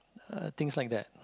uh things like that